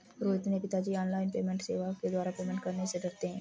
रोहित के पिताजी online payment सेवा के द्वारा पेमेंट करने से डरते हैं